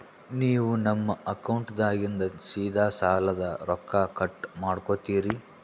ನೀವು ನಮ್ಮ ಅಕೌಂಟದಾಗಿಂದ ಸೀದಾ ಸಾಲದ ರೊಕ್ಕ ಕಟ್ ಮಾಡ್ಕೋತೀರಿ?